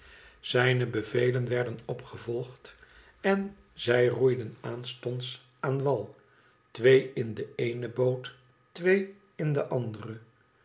zijne bevelen werden opgevolgd en zij roeiden aanstonds aan wal twee in de eene boot twee in de andere